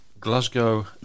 Glasgow